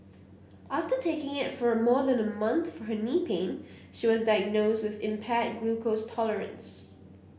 after taking it for more than a month for her knee pain she was diagnosed with impaired glucose tolerance